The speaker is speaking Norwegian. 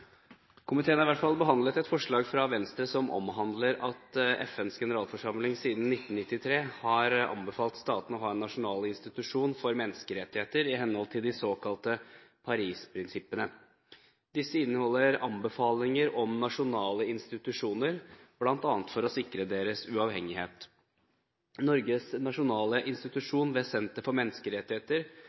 Komiteen har behandlet et forslag fra Venstre som omhandler at FNs generalforsamling siden 1993 har anbefalt statene å ha en nasjonal institusjon for menneskerettigheter i henhold til de såkalte Paris-prinsippene. Disse inneholder anbefalinger om nasjonale institusjoner, bl.a. for å sikre deres uavhengighet. Norges nasjonale institusjon, Norsk senter for menneskerettigheter,